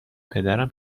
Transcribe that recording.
پدرم